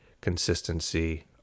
consistency